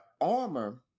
armor